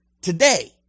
today